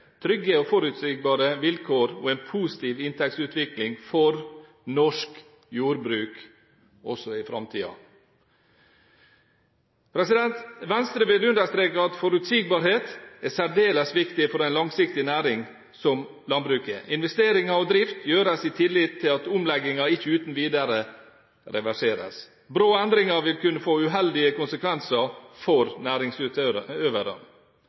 trygge og forutsigbare vilkår og en positiv inntektsutvikling for norsk jordbruk også i framtiden. Venstre vil understreke at forutsigbarhet er særdeles viktig for en langsiktig næring som landbruket er. Investeringer og drift gjøres i tillit til at omlegginger ikke uten videre reverseres. Brå endringer vil kunne få uheldige konsekvenser for